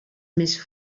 més